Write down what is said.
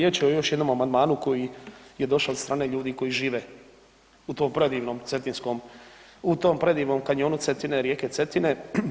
Dakle, riječ je o još jednom amandmanu koji je došao od strane ljudi koji žive u tom predivnom cetinskom, u tom predivnom kanjonu Cetine, rijeke Cetine.